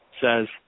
says